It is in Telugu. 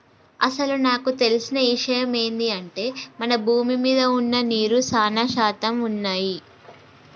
అసలు నాకు తెలిసిన ఇషయమ్ ఏంది అంటే మన భూమి మీద వున్న నీరు సానా శాతం వున్నయ్యి